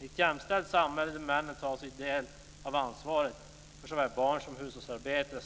I ett jämställt samhälle där männen tar sin del av ansvaret för såväl barn som hushållsarbete